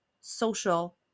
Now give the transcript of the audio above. social